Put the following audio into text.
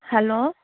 hello